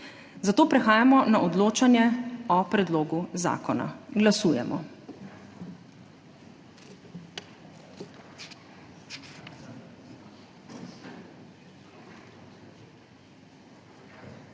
Zato prehajamo na odločanje o predlogu zakona. Glasujemo.